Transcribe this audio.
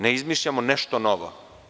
Ne izmišljamo nešto novo.